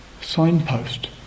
signpost